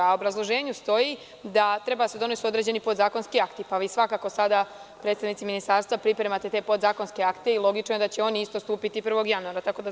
U obrazloženju stoji da treba da se donesu određeni podzakonski akti, pa vi svakako sada, predstavnici ministarstva, pripremate te podzakonske akte i logično je da će oni isto stupiti 1. januara.